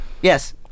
Yes